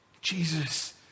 Jesus